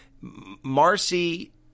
Marcy